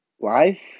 Life